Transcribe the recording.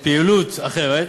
ופעילות אחרת,